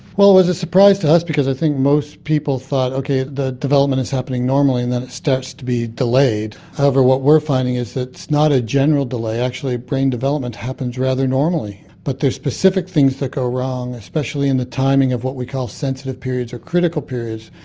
well it was a surprise to us because i think most people thought ok the development is happening normally and then it starts to be delayed. however what we're finding is that it's not a general delay, actually brain development happens rather normally. but the specific things that go wrong especially in the timing of what we call sensitive periods, or critical periods,